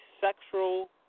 sexual